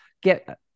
get